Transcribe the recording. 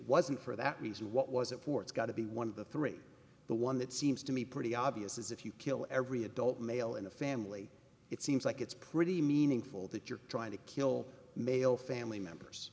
wasn't for that means what was it for it's got to be one of the three the one that seems to me pretty obvious is if you kill every adult male in a family it seems like it's pretty meaningful that you're trying to kill male family